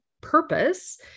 purpose